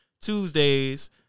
Tuesdays